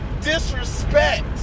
disrespect